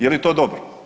Je li to dobro?